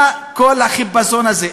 מה כל החיפזון הזה?